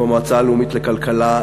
עם המועצה הלאומית לכלכלה,